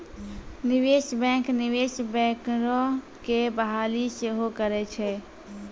निवेशे बैंक, निवेश बैंकरो के बहाली सेहो करै छै